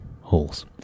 holes